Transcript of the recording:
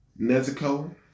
Nezuko